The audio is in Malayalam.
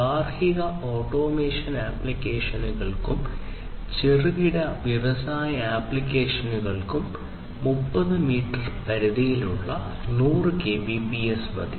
ഗാർഹിക ഓട്ടോമേഷൻ ആപ്ലിക്കേഷനുകൾക്കും ചെറുകിട വ്യവസായ ആപ്ലിക്കേഷനുകൾക്കും 30 മീറ്റർ പരിധിയിലുള്ള 100 കെബിപിഎസ് മതി